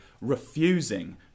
refusing